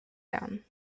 town